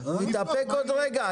תתאפק עוד רגע,